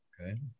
Okay